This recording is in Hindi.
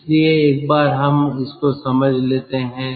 इसलिए एक बार हम इसको समझ लेते हैं